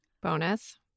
bonus